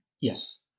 Yes